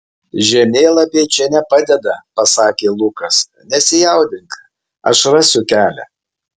žemėlapiai čia nepadeda pasakė lukas nesijaudink aš rasiu kelią